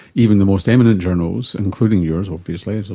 even the most eminent journals, including yours obviously, and so